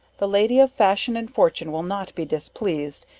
the lady of fashion and fortune will not be displeased,